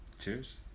Cheers